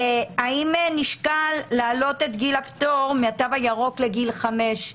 האם נשקל להעלות את גיל הפטור מהתו הירוק לגיל חמש?